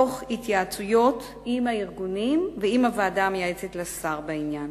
תוך התייעצויות עם הארגונים ועם הוועדה המייעצת לשר בעניין,